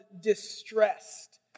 distressed